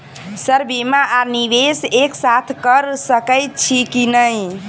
Sir बीमा आ निवेश एक साथ करऽ सकै छी की न ई?